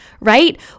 right